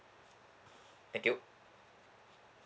thank you